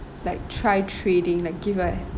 like try trading like give like